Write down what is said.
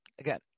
Again